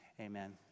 Amen